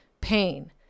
pain